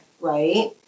right